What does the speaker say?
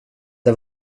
det